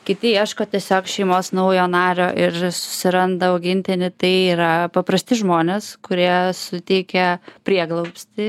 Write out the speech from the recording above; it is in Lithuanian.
kiti ieško tiesiog šeimos naujo nario ir susiranda augintinį tai yra paprasti žmonės kurie suteikia prieglobstį